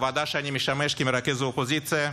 שבה אני משמש כמרכז האופוזיציה,